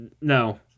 No